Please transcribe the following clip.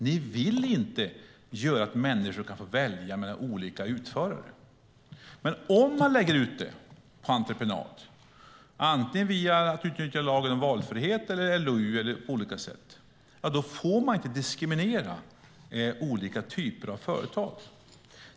Ni vill inte att människor ska få välja mellan olika utförare. Men om man lägger ut en verksamhet på entreprenad - antingen enligt lagen om valfrihet eller LOU - då får man inte diskriminera olika typer av företag.